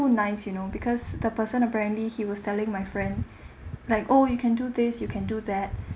super nice you know because the person apparently he was telling my friend like oh you can do this you can do that